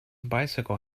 bicycle